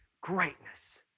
greatness